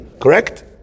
Correct